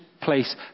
place